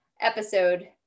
episode